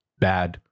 bad